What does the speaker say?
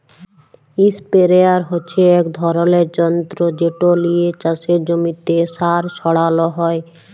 ইসপেরেয়ার হচ্যে এক ধরলের যন্তর যেট লিয়ে চাসের জমিতে সার ছড়ালো হয়